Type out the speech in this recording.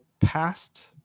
past